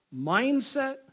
mindset